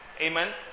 Amen